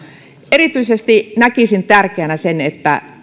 erityisesti näkisin tärkeänä sen että